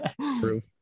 True